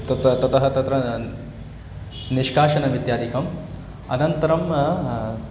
तत् ततः तत्र निष्कासनमित्यादिकम् अनन्तरम्